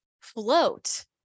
float